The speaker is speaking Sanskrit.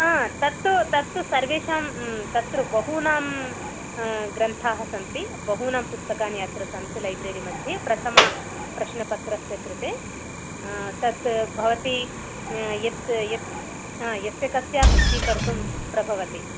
आ तत्तु तत्तु सर्वेषां तत्र बहूनां ग्रन्थाः सन्ति बहूनि पुस्तकानि अत्र सन्ति लैब्रेरी मध्ये प्रथमप्रश्नपत्रस्य कृते तत् भवती यत् यत् यस्य कस्यापि स्वीकर्तुं प्रभवति